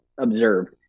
observed